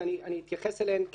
ואני אתייחס אליהן כסדרן.